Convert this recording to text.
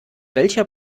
welcher